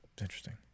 interesting